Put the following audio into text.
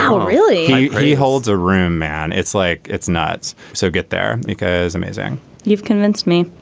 um really. he holds a room man. it's like it's nuts. so get there because amazing you've convinced me.